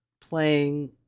playing